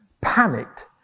panicked